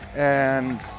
and